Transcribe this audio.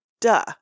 Duh